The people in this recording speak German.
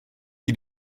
die